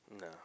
No